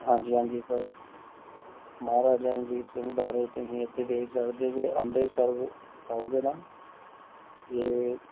ਹਾਂਜੀ ਹਾਂਜੀ ਸਰ ਮਹਾਰਾਜਾ ਰਣਜੀਤ ਸਿੰਘ ਬਾਰੇ ਤੁਸੀਂ ਇੱਥੇ ਦੇਖ ਸਕਦੇ ਜੇ ਅੰਮ੍ਰਿਤਸਰ ਆਓਗੇ ਨਾ ਤਾਂ